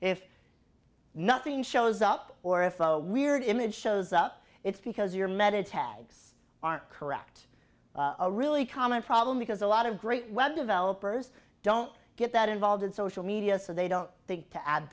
if nothing shows up or if weird image shows up it's because your metatags aren't correct a really common problem because a lot of great web developers don't get that involved in social media so they don't think to add